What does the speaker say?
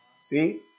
See